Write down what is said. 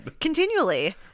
Continually